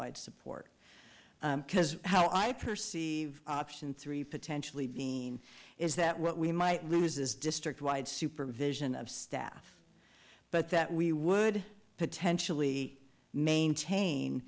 wide support because how i perceive option three potentially is that what we might lose is district wide supervision of staff but that we would potentially maintain